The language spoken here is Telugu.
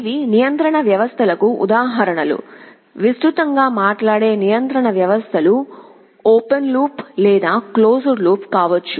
ఇవి నియంత్రణ వ్యవస్థలకు ఉదాహరణలు విస్తృతంగా మాట్లాడే నియంత్రణ వ్యవస్థలు ఓపెన్ లూప్ లేదా క్లోజ్డ్ లూప్ కావచ్చు